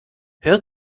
hör